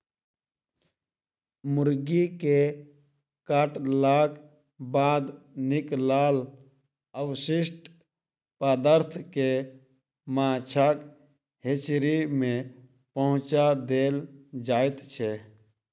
मुर्गी के काटलाक बाद निकलल अवशिष्ट पदार्थ के माछक हेचरी मे पहुँचा देल जाइत छै